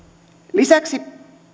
lisäksi